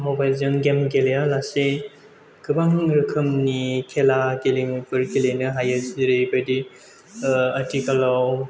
मबाइलजों गेम गेलेयालासे गोबां रोखोमनि खेला गेलेमुफोर गेलेनो हायो जेरैबायदि आथिखालाव